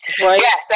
Yes